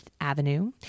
Avenue